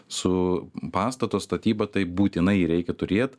su pastato statyba taip būtinai reikia turėt